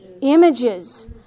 Images